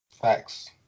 Facts